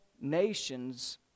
nations